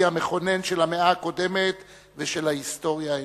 המכונן של המאה הקודמת ושל ההיסטוריה האנושית,